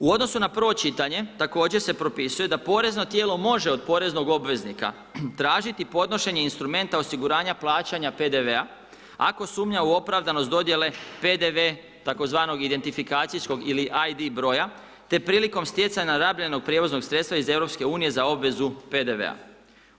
U odnosu na prvo čitanje također se propisuje da porezno tijelo može od poreznog obveznika tražiti podnošenje instrumenta osiguranja plaćanja PDV-a ako sumnja u opravdanost dodjele PDV-a tzv. identifikacijskoj ili ID broja te prilikom stjecanja rabljenog prijevoznog sredstava iz Europske unije za obvezu PDV-a.